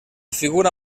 figura